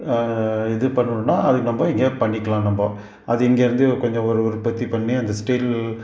இது பண்ணணுன்னா அதுக்கு நம்ம இங்கே பண்ணிக்கலாம் நம்ம அது இங்கேருந்து கொஞ்சம் ஒரு உற்பத்தி பண்ணி அந்த ஸ்டீல்